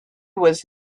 was